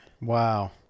Wow